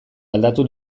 aldatu